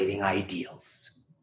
ideals